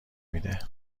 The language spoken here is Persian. میده